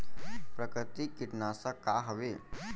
प्राकृतिक कीटनाशक का हवे?